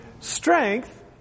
strength